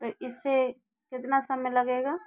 तो इस से कितना समय लगेगा